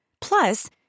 Plus